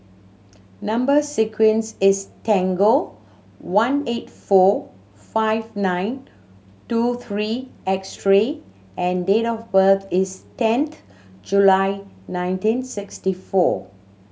number sequence is tangle one eight four five nine two three X three and date of birth is ten July nineteen sixty four